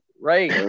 Right